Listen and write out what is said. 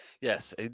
Yes